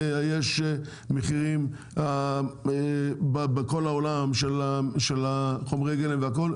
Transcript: יש מחירים בכל העולם של חומרי הגלם והכל,